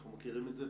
אנחנו מכירים את זה,